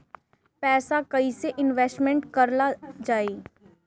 पैसा कईसे इनवेस्ट करल जाई?